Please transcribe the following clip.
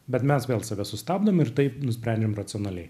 bet mes vėl save sustabdom ir taip nusprendžiam racionaliai